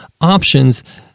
options